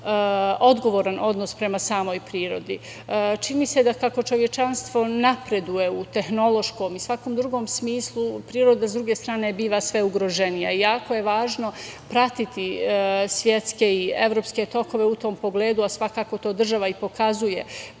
odgovoran odnos prema samoj prirodi. Čini mi se da kako čovečanstvo napreduje u tehnološkom i svakom drugom smislu, priroda s druge strane biva sve ugroženija. Jako je važno pratiti svetske i evropske tokove u tom pogledu, a svakako to država i pokazuje kroz